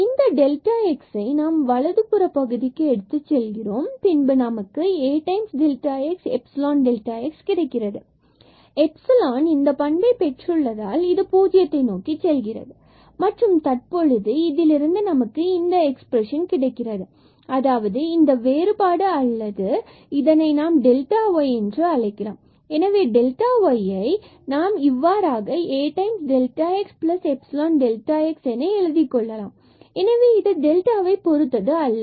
பின்பு இந்த டெல்டா xஐ நாம் வலதுபுற பகுதிக்கு எடுத்துச் செல்கிறோம் நமக்கு AxϵΔx கிடைக்கிறது எப்சிலான் epsilon இந்த பண்பை பெற்றுள்ளதால் இது பூஜ்ஜியத்தை நோக்கி செல்கிறது மற்றும் தற்பொழுது இதிலிருந்து நமக்கு இந்த எக்ஸ்பிரஷன் கிடைக்கிறது அதாவது இந்த வேறுபாடு அல்லது இதனை நாம் டெல்டா y என்று அழைக்கலாம் எனவே டெல்டா yஐ இவ்வாறாக AxϵΔx நாம் எழுதிக் கொள்ளலாம் மற்றும் இது டெல்டாவை பொறுத்தது அல்ல